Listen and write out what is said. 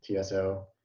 TSO